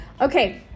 Okay